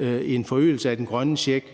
en forøgelse af den grønne check